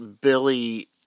Billy